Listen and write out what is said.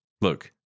look